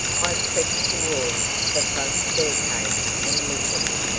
i crept towards the front staircase and listened.